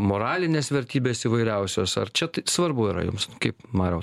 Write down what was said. moralinės vertybės įvairiausios ar čia tai svarbu yra jums kaip mariau